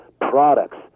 products